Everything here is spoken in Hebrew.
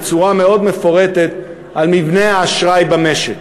בצורה מאוד מפורטת על מבנה האשראי במשק.